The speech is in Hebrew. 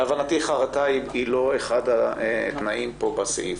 להבנתי, חרטה היא לא אחד התנאים פה בסעיף.